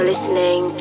Listening